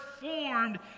formed